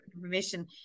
permission